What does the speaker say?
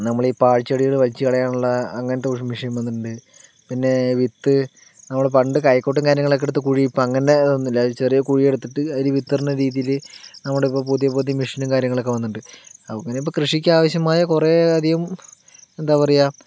നമ്മളീ പാഴ്ചെടികള് വലിച്ചു കളയാനുള്ള അങ്ങനത്തെ മെഷീൻ വന്നിട്ടുണ്ട് പിന്നെ വിത്ത് നമ്മള് പണ്ട് കൈക്കോട്ടും കാര്യങ്ങളൊക്കെ എടുത്ത് കുഴി ഇപ്പോൾ അങ്ങനെ ഒന്നുമില്ല ഒരു ചെറിയ കുഴി എടുത്തിട്ട് അതില് വിത്തിടണ രീതിയില് നമ്മുടെ ഇപ്പോൾ പുതിയ പുതിയ മെഷീനും കാര്യങ്ങളൊക്കെ വന്നിട്ടുണ്ട് അങ്ങനെ ഇപ്പോൾ കൃഷിക്ക് ആവശ്യമായ കുറേ അധികം എന്താ പറയുക